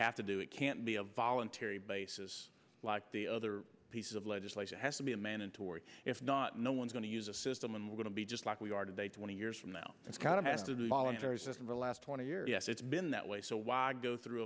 have to do it can't be a voluntary basis like the other piece of legislation has to be a mandatory if not no one's going to use a system and we're going to be just like we are today twenty years from now it's kind of in the last twenty years yes it's been that way so why go through